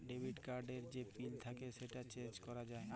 debit card এর যে pin থাক্যে সেটা চেঞ্জ ক্যরা যায়